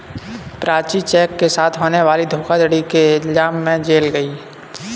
Prachi cheque के साथ होने वाली धोखाधड़ी के इल्जाम में जेल गई